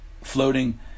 floating